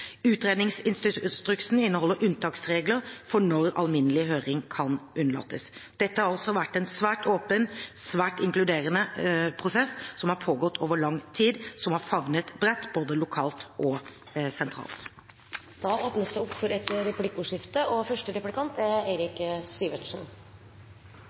Utredningsinstruksen inneholder unntaksregler for når alminnelig høring kan unnlates. Dette har altså vært en svært åpen, svært inkluderende prosess, som har pågått over lang tid, og som har favnet bredt, både lokalt og sentralt. Det blir replikkordskifte. Det er fylkeskommunene som har ansvaret for